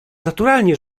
naturalnie